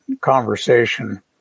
conversation